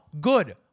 good